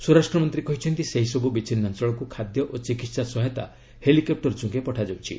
ସ୍ୱରାଷ୍ଟ୍ର ମନ୍ତ୍ରୀ କହିଛନ୍ତି ସେହିସବୁ ବିଚ୍ଛିନ୍ନାଞ୍ଚଳକୁ ଖାଦ୍ୟ ଓ ଚିକିତ୍ସା ସହାୟତା ହେଲିପକ୍ବର ଯୋଗେ ପଠାଯାଉଛି